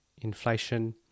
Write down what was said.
inflation